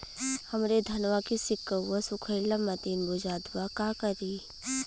हमरे धनवा के सीक्कउआ सुखइला मतीन बुझात बा का करीं?